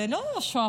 זה לא שועפאט,